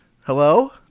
Hello